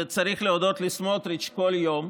וצריך להודות לסמוטריץ' בכל יום,